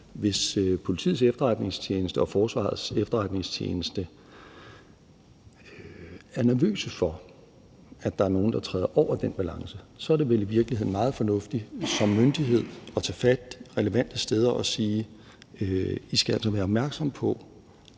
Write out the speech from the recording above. hvis Politiets Efterretningstjeneste og Forsvarets Efterretningstjeneste er nervøse for, at der er nogen, der træder over den balance, så er det vel i virkeligheden meget fornuftigt som myndighed at tage fat relevante steder og sige: I skal altså være opmærksomme på,